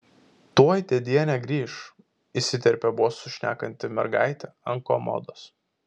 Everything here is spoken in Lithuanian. tuoj dėdienė grįš įsiterpė bosu šnekanti mergaitė ant komodos